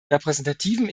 repräsentativen